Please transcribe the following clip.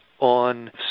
on